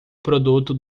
produto